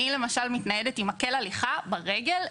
אני למשל מתניידת עם מקל הליכה ברגל,